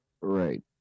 Right